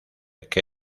que